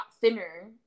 thinner